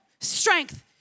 strength